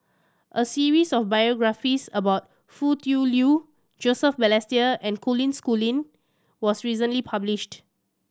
a series of biographies about Foo Tui Liew Joseph Balestier and Colin Schooling was recently published